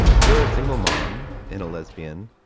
you're a single mom and a lesbian.